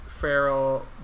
Feral